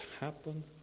happen